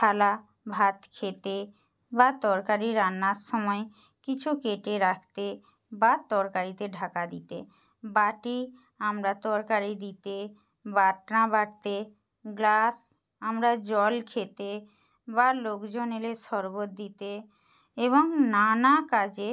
থালা ভাত খেতে বা তরকারি রান্নার সময় কিছু কেটে রাখতে বা তরকারিতে ঢাকা দিতে বাটি আমরা তরকারি দিতে বাটনা বাটতে গ্লাস আমরা জল খেতে বা লোকজন এলে শরবত দিতে এবং নানা কাজে